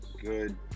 good